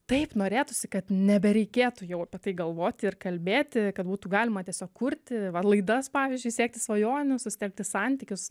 taip norėtųsi kad nebereikėtų jau apie tai galvoti ir kalbėti kad būtų galima tiesiog kurti laidas pavyzdžiui siekti svajonių susitelkt į santykius